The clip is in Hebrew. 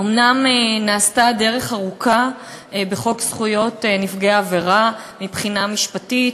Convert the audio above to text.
אומנם נעשתה דרך ארוכה בחוק זכויות נפגעי עבירה מבחינה משפטית,